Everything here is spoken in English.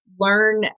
Learn